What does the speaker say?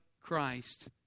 Christ